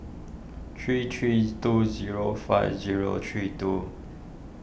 three three two zero five zero three two